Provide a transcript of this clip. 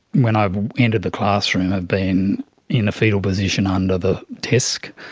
when i've entered the classroom have been in a foetal position under the desk,